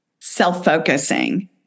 self-focusing